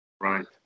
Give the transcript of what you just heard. Right